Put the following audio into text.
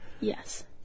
Yes